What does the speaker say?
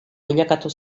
bilakatu